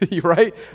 right